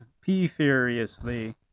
P-furiously